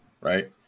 right